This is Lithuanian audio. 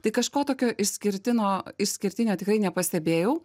tai kažko tokio išskirtino išskirtinio tikrai nepastebėjau